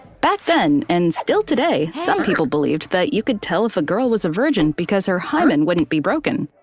back then, and still today, some people believed that you could tell if a girl was a virgin because her hymen wouldn't be broken.